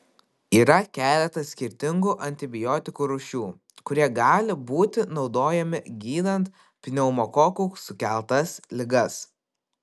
yra keletas skirtingų antibiotikų rūšių kurie gali būti naudojami gydant pneumokokų sukeltas ligas